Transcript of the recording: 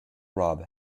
robb